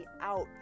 out